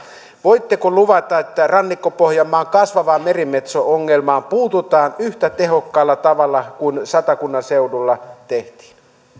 voitteko luvata että rannikko pohjanmaan kasvavaan merimetso ongelmaan puututaan yhtä tehokkaalla tavalla kuin satakunnan seudulla tehtiin